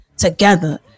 together